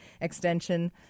extension